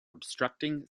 obstructing